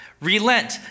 Relent